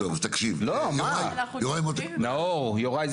הוא נגד?